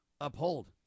uphold